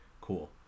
Cool